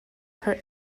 her